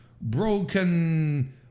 broken